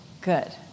Good